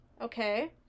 okay